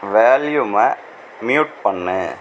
வேல்யூமை mute பண்ணு